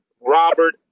Robert